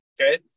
okay